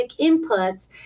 inputs